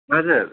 हजुर